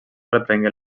reprengué